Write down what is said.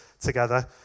together